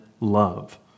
love